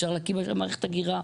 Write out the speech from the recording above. אפשר להקים מערכת אגירה,